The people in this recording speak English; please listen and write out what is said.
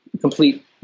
complete